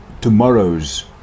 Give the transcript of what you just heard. tomorrows